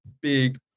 big